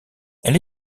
elle